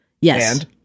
Yes